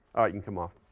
can come off.